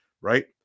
right